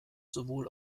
sowohl